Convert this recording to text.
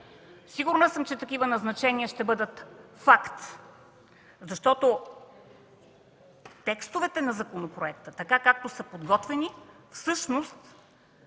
Сигурна съм, че такива назначения ще бъдат факт, защото текстовете в законопроекта, както са подготвени, всъщност